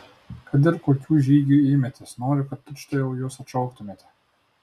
kad ir kokių žygių ėmėtės noriu kad tučtuojau juos atšauktumėte